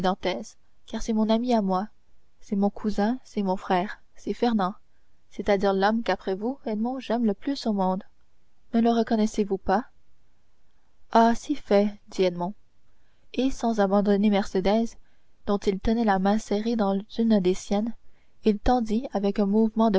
car c'est mon ami à moi c'est mon cousin c'est mon frère c'est fernand c'est-à-dire l'homme qu'après vous edmond j'aime le plus au monde ne le reconnaissez-vous pas ah si fait dit edmond et sans abandonner mercédès dont il tenait la main serrée dans une des siennes il tendit avec un mouvement